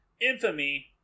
infamy